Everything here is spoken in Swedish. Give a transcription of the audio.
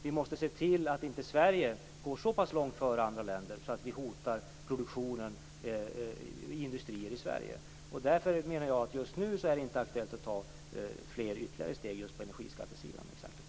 Vi måste se till att vi i Sverige inte går så pass långt före alla andra länder att vi hotar produktionen hos svenska industrier. Därför menar jag att det inte är aktuellt att ta ytterligare steg på energiskattesidan just nu.